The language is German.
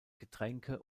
getränke